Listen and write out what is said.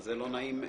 זה לא נעים בכלל.